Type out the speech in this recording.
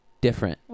different